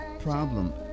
problem